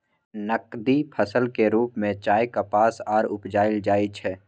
नकदी फसल के रूप में चाय, कपास आर उपजाएल जाइ छै